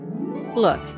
Look